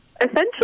Essentially